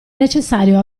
necessario